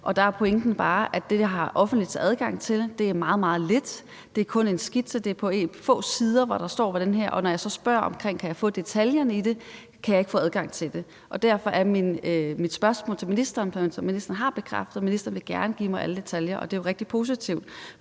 Der er pointen bare, at det, jeg har offentlig adgang til, er meget lidt. Det er kun en skitse, det er få sider, hvor der står om det her, og når jeg så spørger, om jeg kan få detaljerne i det, kan jeg ikke få adgang til det. Derfor har jeg stillet spørgsmålet til ministeren, og ministeren har bekræftet, at han gerne give mig alle detaljer, og det er jo rigtig positivt,